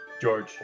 George